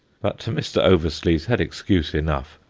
but mr. oversluys had excuse enough.